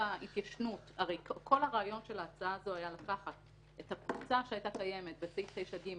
הרי כל הרעיון של ההצעה הזו היה לקחת את הקבוצה שהייתה קיימת בסעיף 9(ג)